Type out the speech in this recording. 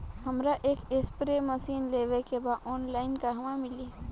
हमरा एक spray machine लेवे के बा ऑनलाइन कहवा मिली?